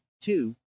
two